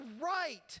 right